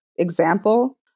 Example